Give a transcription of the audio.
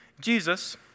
Jesus